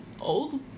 Old